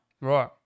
right